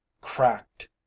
cracked